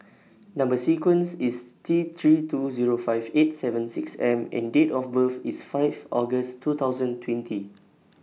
Number sequence IS T three two Zero five eight seven six M and Date of birth IS Fifth August two thousand and twenty